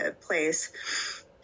place